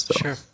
Sure